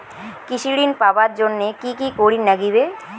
কৃষি ঋণ পাবার জন্যে কি কি করির নাগিবে?